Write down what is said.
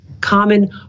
common